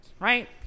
right